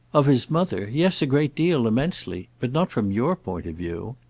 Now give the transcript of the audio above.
of his mother? yes, a great deal immensely. but not from your point of view.